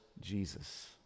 Jesus